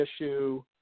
issue